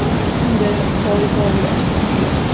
kristen, the floor is all yours. thank you.